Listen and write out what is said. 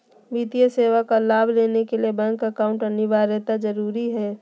वित्तीय सेवा का लाभ लेने के लिए बैंक अकाउंट अनिवार्यता जरूरी है?